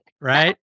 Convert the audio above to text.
right